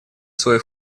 свой